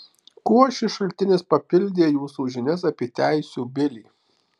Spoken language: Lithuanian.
kuo šis šaltinis papildė jūsų žinias apie teisių bilį